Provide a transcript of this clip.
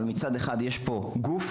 מצד אחד יש פה גוף,